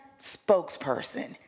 spokesperson